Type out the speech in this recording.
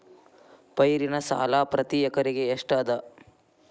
ಪೈರಿನ ಸಾಲಾ ಪ್ರತಿ ಎಕರೆಗೆ ಎಷ್ಟ ಅದ?